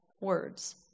Words